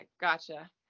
gotcha